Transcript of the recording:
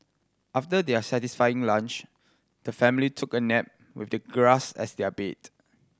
after their satisfying lunch the family took a nap with the grass as their bed